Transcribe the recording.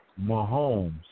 Mahomes